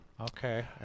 Okay